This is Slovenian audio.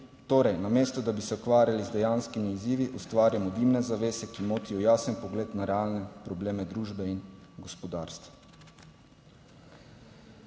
Torej, namesto da bi se ukvarjali z dejanskimi izzivi, ustvarjamo dimne zavese, ki motijo jasen pogled na realne probleme družbe in gospodarstva.